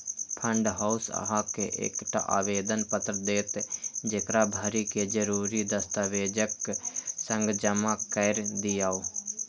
fund house अहां के एकटा आवेदन पत्र देत, जेकरा भरि कें जरूरी दस्तावेजक संग जमा कैर दियौ